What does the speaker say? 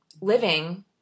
living